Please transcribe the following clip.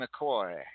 McCoy